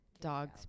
Dogs